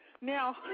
Now